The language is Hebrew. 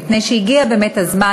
מפני שהגיע באמת הזמן,